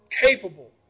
capable